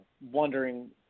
wondering